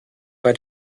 bei